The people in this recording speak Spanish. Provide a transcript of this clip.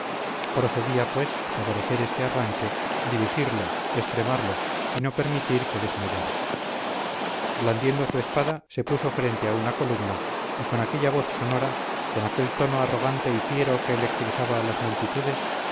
procedía pues favorecer este arranque dirigirlo extremarlo y no permitir que desmayara blandiendo su espada se puso frente a una columna y con aquella voz sonora con aquel tono arrogante y fiero que electrizaba a las multitudes